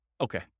Okay